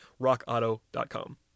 rockauto.com